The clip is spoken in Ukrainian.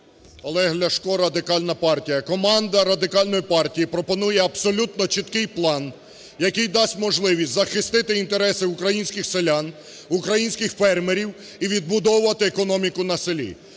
Олег Ляшко, Радикальна партія. Команда Радикальної партії пропонує абсолютно чіткий план, який дасть можливість захистити інтереси українських селян, українських фермерів і відбудовувати економіку на селі.